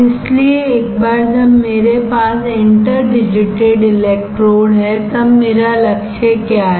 इसलिए एक बार जब मेरे पास इंटर डिजिटेड इलेक्ट्रोड है तब मेरा लक्ष्य क्या है